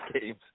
games